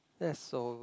that's so